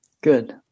Good